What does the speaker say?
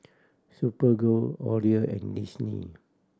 Superga Odlo and Disney